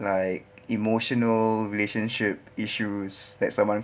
like emotional relationship issues that someone